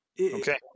Okay